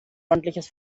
ordentliches